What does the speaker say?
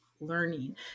learning